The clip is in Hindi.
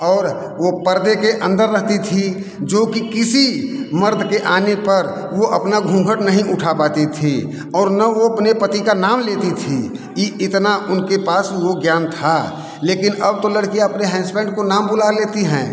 और वो पर्दे के अंदर रहती थी जो कि किसी मर्द के आने पर वो अपना घूँघट नहीं उठा पाती थी और न वो अपने पति का नाम लेती थी ई इतना उनके पास वो ज्ञान था लेकिन अब तो लड़की अपने हैंसबैंड को नाम बुला लेती हैं